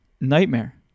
nightmare